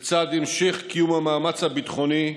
לצד המשך קיום המאמץ הביטחוני,